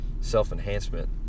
self-enhancement